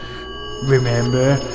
Remember